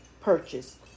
purchase